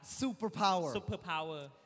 Superpower